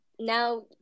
now